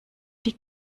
die